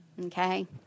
Okay